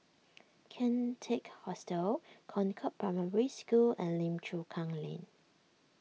Kian Teck Hostel Concord Primary School and Lim Chu Kang Lane